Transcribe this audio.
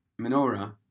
menorah